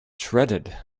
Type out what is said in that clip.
shredded